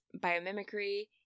biomimicry